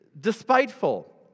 Despiteful